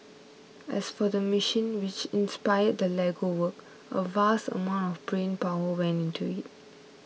as for the machine which inspired the Lego work a vast amount of brain power went into it